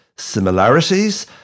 Similarities